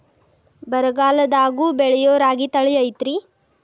ಬರಗಾಲದಾಗೂ ಬೆಳಿಯೋ ರಾಗಿ ತಳಿ ಐತ್ರಿ?